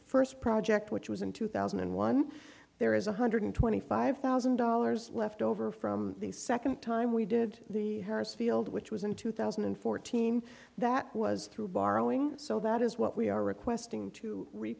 first project which was in two thousand and one there is one hundred twenty five thousand dollars left over from the second time we did the harris field which was in two thousand and fourteen that was through borrowing so that is what we are requesting to re